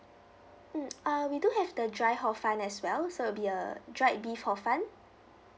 mm err we do have the dry hor fun as well so it'd be a dried beef hor fun